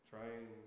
Trying